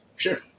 Sure